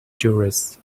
tourists